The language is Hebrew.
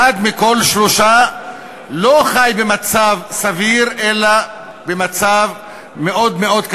אחד מכל שלושה לא חי במצב סביר אלא במצב קשה מאוד מאוד.